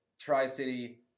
Tri-City